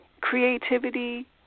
creativity